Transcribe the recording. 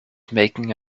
making